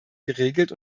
geregelt